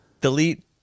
Delete